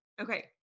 Okay